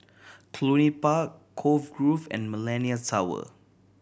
Cluny Park Cove Grove and Millenia Tower